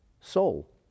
soul